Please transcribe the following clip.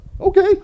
okay